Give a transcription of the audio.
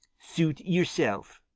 suit yourself,